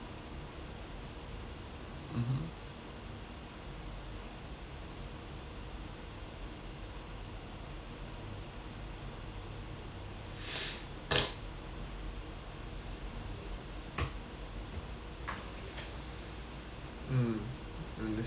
mmhmm mm understand understand